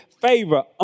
favor